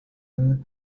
para